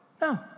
no